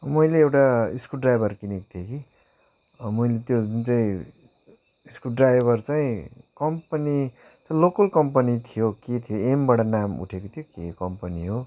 मैले एउटा स्क्रुवड्राइभर किनेको थिएँ कि मैले त्यो जुन चाहिँ स्क्रुवड्राइभर चाहिँ कम्पनी त्यो लोकल कम्पनी थियो के थियो एमबाट नाम उठेको थियो के कम्पनी हो